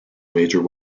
major